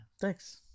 Thanks